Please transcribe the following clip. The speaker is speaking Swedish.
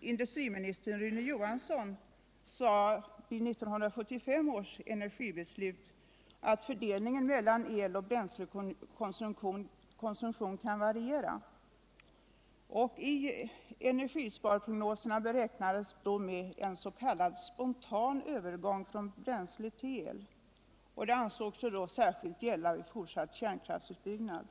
industriministern Rune Johansson sade vid 1975 års energibeslut, nämligen att fördelningen mellan el och bränslekonsumtion kan variera. Fenergisparprognoserna räknades det då med en s.k. spontan övergång från bränsle till el, och det ansågs särskilt gälla vid fortsatt kärnkraftsutbyggnad.